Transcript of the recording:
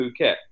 Phuket